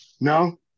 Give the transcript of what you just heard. no